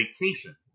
vacation